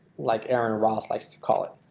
like aaron ross likes to call it.